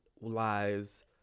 lies